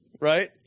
Right